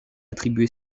attribué